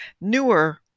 newer